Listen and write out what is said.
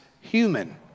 human